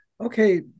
okay